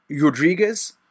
Rodriguez